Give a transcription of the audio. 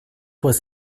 was